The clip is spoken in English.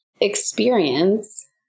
experience